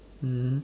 mm